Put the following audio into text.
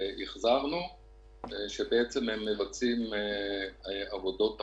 שהם מבצעים עבודות תחזוקה.